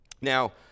Now